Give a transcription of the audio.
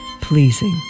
pleasing